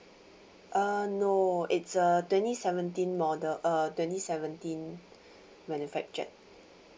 uh no it's a twenty seventeen model uh twenty seventeen manufactured